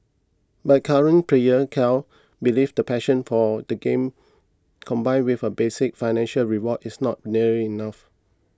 but current player Carl believes the passion for the game combined with a basic financial reward is not nearly enough